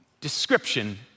description